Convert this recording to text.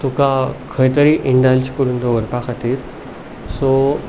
तुका खंय तरी इन्डल्ज करून दवरपा खातीर सो